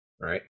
Right